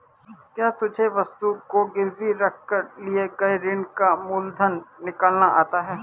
क्या तुम्हें वस्तु को गिरवी रख कर लिए गए ऋण का मूलधन निकालना आता है?